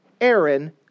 Aaron